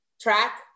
track